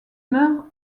meurt